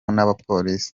n’abapolisi